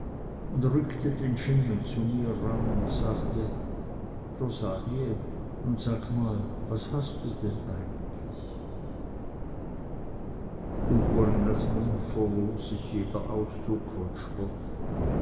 un rückte den schemel zu mir ran und sagte rosalie nu sage mal was hast du denn eigentlich um corinnas mund verlor sich jeder ausdruck von spott